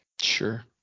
Sure